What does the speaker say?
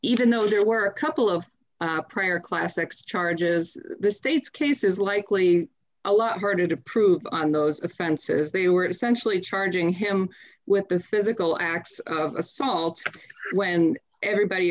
even though there were a couple of prayer classics charges the state's case is likely a lot harder to prove on those offenses they were essentially charging him with the physical acts of assault when everybody